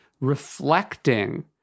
reflecting